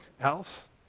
else